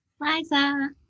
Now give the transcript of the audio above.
Liza